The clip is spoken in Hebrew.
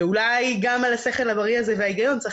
אולי גם על השכל הבריא הזה וההיגיון צריך